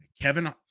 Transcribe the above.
Kevin